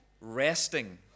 resting